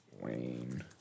Wayne